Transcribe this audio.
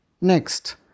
Next